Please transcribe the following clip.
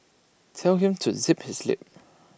tell him to zip his lip